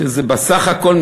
שבסך הכול,